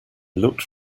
looked